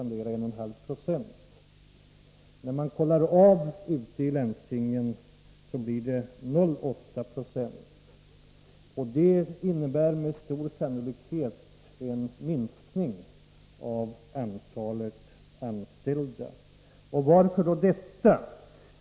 När landstingen nu kontrollerar saken, finner de att expansionen blir bara 0,8 26. Det innebär med stor sannolikhet en minskning av antalet anställda. Varför då detta?